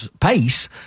pace